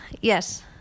Yes